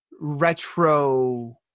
retro